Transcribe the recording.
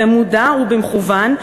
במודע ובמכוון,